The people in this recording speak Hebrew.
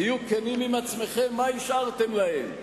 תהיו כנים עם עצמכם מה השארתם להם,